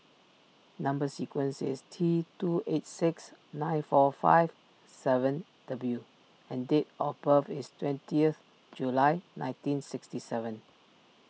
Number Sequence is T two eight six nine four five seven W and date of birth is twentieth July nineteen sixty seven